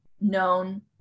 known